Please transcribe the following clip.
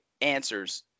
answers